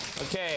okay